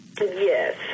Yes